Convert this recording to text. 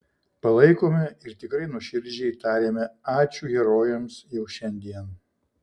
palaikome ir tikrai nuoširdžiai tariame ačiū herojams jau šiandien